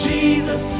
Jesus